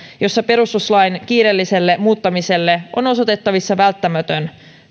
jossa perustuslain kiireelliselle muuttamiselle on osoitettavissa välttämätön